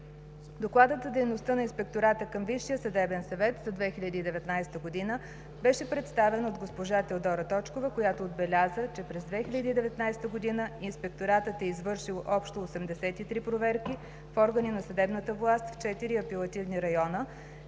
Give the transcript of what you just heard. Докладът за дейността на Инспектората към Висшия съдебен съвет за 2019 г. беше представен от госпожа Теодора Точкова, която отбеляза, че през 2019 г. Инспекторатът е извършил общо 83 проверки в органи на съдебната власт в четири апелативни района,